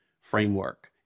framework